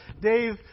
Dave